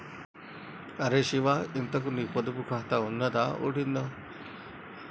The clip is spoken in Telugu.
అరే శివా, ఇంతకూ నీ పొదుపు ఖాతా ఉన్నదా ఊడిందా